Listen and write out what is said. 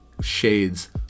shades